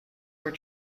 were